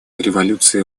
революции